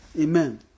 Amen